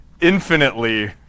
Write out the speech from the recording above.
infinitely